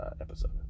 episode